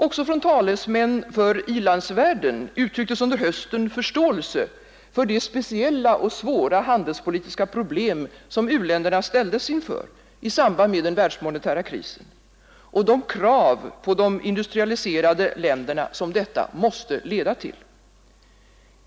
Också från talesmän för ilandsvärlden uttrycktes under hösten förståelse för de speciella och svåra handelspolitiska problem som u-länderna ställdes inför i samband med den världsmonetära krisen och de krav på de industrialiserade länderna som detta måste leda till.